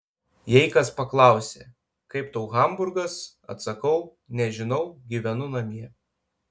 jei kas paklausia kaip tau hamburgas atsakau nežinau gyvenu namie